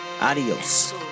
Adios